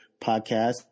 podcast